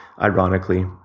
ironically